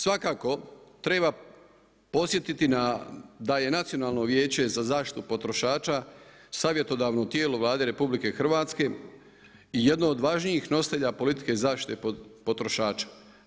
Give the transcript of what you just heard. Svakako treba podsjetiti da je Nacionalno vijeće za zaštitu potrošača savjetodavno tijelo Vlade RH i jedno od važnijih nositelja politike zaštite potrošača.